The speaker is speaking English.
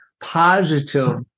positive